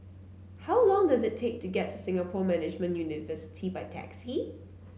how long does it take to get to Singapore Management University by taxi